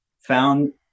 found